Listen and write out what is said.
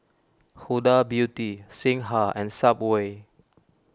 Huda Beauty Singha and Subway